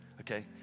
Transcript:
Okay